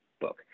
book